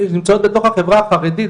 שנמצאות בתוך החברה החרדית,